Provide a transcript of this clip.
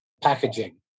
packaging